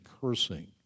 cursing